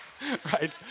right